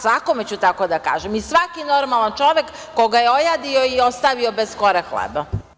Svakome ću tako da kažem i svaki normalan čovek koga je ojadio i ostavio bez kore hleba.